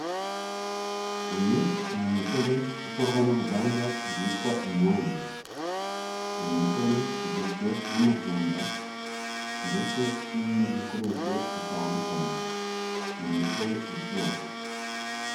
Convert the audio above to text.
Uyu ni umutobe ukorwa n'uruganda rwitwa inyange, uyu mutobe ugizwe n'amatunda ndetse n'ibindi bikoresho bitandukanye, ni umutobe uryoha.